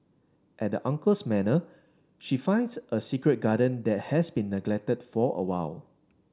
at the uncle's manor she finds a secret garden that has been neglected for a while